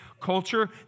culture